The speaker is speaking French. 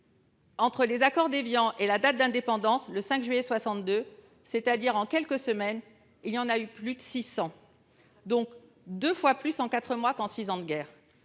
entre les accords d'Évian et la date de l'indépendance, le 5 juillet 1962, c'est-à-dire en quelques semaines, il y en a eu plus de 600, donc deux fois plus en quatre mois qu'en six ans de guerre.